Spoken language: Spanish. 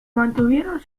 mantuvieron